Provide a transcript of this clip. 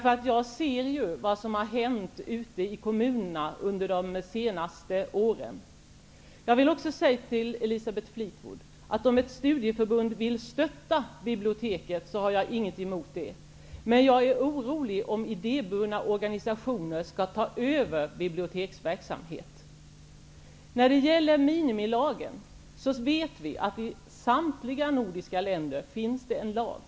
Jag ser nämligen vad som har hänt ute i kommunerna under de senaste åren. Jag vill också till Elisabeth Fleetwood säga att om en studieförbund vill stötta biblioteket har jag ingenting emot det. Men jag är orolig för att idébundna organisationer skall ta över biblioteksverksamhet. När det gäller minimilagen vet vi att det i samtliga nordiska länder finns en lag.